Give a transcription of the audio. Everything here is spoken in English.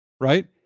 right